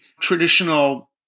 traditional